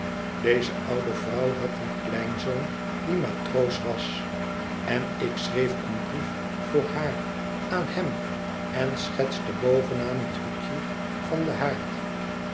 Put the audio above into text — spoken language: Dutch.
deze oude vrouw had een kleinzoon die matroos was en ik schreef een brief voor haar aan hem en schetste bovenaan het hoekje van den haard